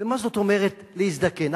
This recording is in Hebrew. ומה זאת אומרת להזדקן?